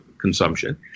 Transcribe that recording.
consumption